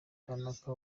kanaka